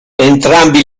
entrambi